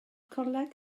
coleg